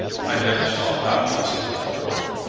i never saw that custom before.